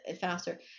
faster